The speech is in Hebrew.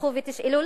לכו ותשאלו,